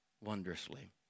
wondrously